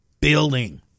building